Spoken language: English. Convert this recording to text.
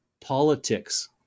politics